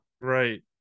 Right